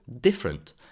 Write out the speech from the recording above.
different